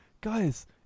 guys